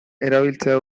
erabiltzea